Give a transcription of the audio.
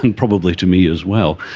and probably to me as well.